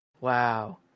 wow